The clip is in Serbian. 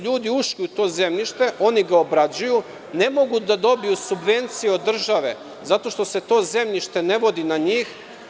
Ljudi su ušli u to zemljište, obrađuju ga, ne mogu da dobiju subvenciju od države, zato što se to zemljište ne vodi na njih.